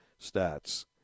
stats